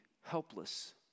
helpless